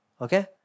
okay